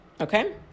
Okay